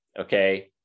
okay